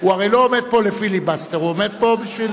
הוא הרי לא עומד פה לפיליבסטר, הוא עומד פה בשביל,